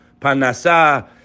Panasa